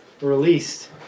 released